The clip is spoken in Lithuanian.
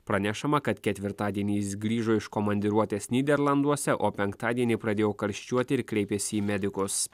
pranešama kad ketvirtadienį jis grįžo iš komandiruotės nyderlanduose o penktadienį pradėjo karščiuoti ir kreipėsi į medikus